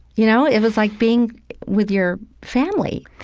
you know, it was like being with your family